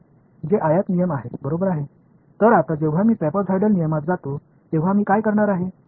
எனவே இப்போது நான் ட்ரெப்சாய்டல் விதிக்குச் செல்லும்போது நான் என்ன செய்யப் போகிறேன்